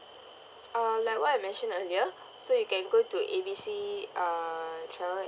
uh like what I mentioned earlier so you can go to A B C uh travel